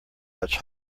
much